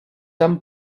amb